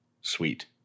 sweet